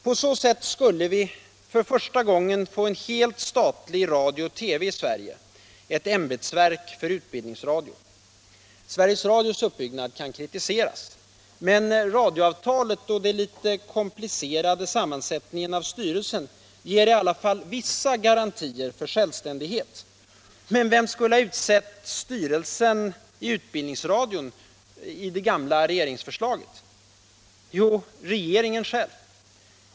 På så sätt skulle vi för första gången få helt statlig radio och TV i Sverige, ett ämbetsverk för utbildningsradio. Sveriges Radios uppbyggnad kan kritiseras, men radioavtalet och den litet komplicerade sammansättningen av styrelsen ger i alla fall vissa garantier för självständighet. Men vem skulle ha utsett styrelsen i utbildningsradion enligt det gamla regeringsförslaget? Jo, regeringen själv.